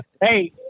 hey